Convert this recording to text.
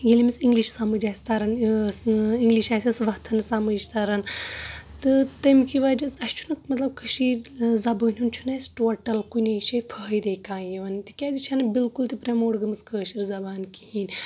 ییٚلہِ أمِس اِنگلِش سمج آسہِ تران اِنگلِش آسٮ۪س وتھان سمج تران تہٕ تمہِ کہِ وجہ اسہِ چھُ نہٕ مطلب کٔشیٖر زبانہِ ہُنٛد چھُنہٕ اَسہِ ٹوٹل کُنے شیٚیہِ فٲدٕے کانٛہہ یِوان تِکیٛازِ یہِ چھنہٕ بالکل تہِ پرموٹ گٔمٕژ کأشِر زبان کہیٖن